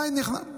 היום הייתי.